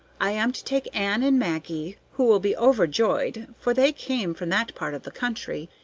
i am to take ann and maggie, who will be overjoyed, for they came from that part of the country,